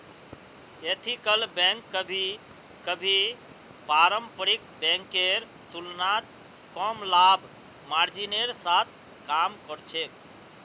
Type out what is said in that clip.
ethical bank कभी कभी पारंपरिक बैंकेर तुलनात कम लाभ मार्जिनेर साथ काम कर छेक